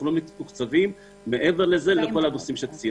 אנחנו לא מתוקצבים מעבר לזה לכל הנושאים שציינתם.